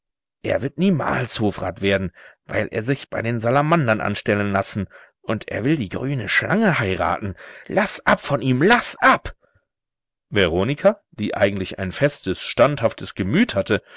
er wird niemals hofrat werden weil er sich bei den salamandern anstellen lassen und er will die grüne schlange heiraten laß ab von ihm laß ab veronika die eigentlich ein festes standhaftes gemüt hatte